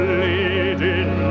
leading